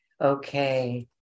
Okay